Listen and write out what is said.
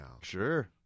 Sure